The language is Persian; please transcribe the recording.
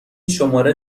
شماره